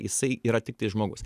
jisai yra tiktai žmogus